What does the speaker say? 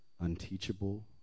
unteachable